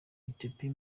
ethiopia